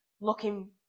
looking